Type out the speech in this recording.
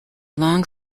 long